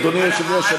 אדוני היושב-ראש,